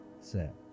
set